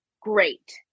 Great